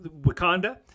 Wakanda